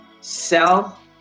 sell